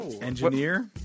Engineer